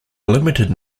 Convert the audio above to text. limited